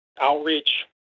outreach